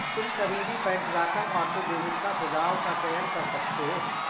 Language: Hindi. तुम कभी भी बैंक जाकर ऑटो डेबिट का सुझाव का चयन कर सकते हो